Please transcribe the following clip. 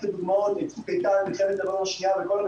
ואני מבקש שיאפשרו להם למשוך את כספי הפיקדון כדי שיוכלו לחיות,